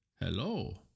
Hello